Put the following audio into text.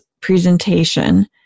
presentation